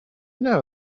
know